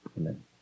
Amen